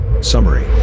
Summary